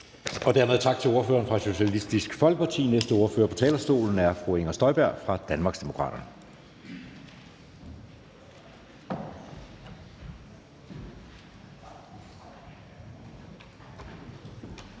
Dermed tak til ordføreren fra Socialistisk Folkeparti. Næste ordfører på talerstolen er fru Inger Støjberg fra Danmarksdemokraterne.